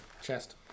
chest